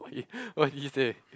what he what did he say